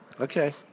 Okay